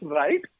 right